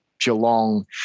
Geelong